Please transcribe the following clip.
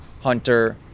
Hunter